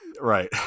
Right